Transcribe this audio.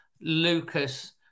Lucas